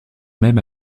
même